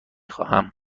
خواهم